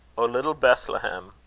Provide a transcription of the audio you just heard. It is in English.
o little bethlem!